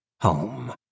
Home